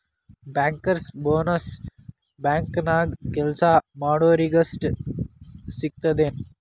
Bankers bonus ಬ್ಯಾಂಕ್ನ್ಯಾಗ್ ಕೆಲ್ಸಾ ಮಾಡೊರಿಗಷ್ಟ ಸಿಗ್ತದೇನ್?